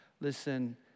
Listen